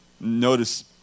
Notice